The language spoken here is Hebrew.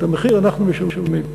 את המחיר אנחנו משלמים.